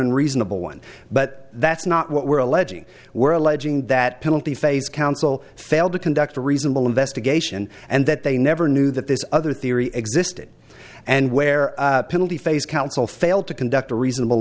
unreasonable one but that's not what we're alleging were alleging that penalty phase counsel failed to conduct a reasonable investigation and that they never knew that this other theory existed and where penalty phase counsel failed to conduct a reasonable